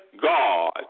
God